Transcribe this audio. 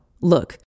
Look